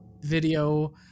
video